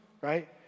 right